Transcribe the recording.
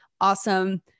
awesome